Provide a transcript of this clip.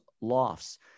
lofts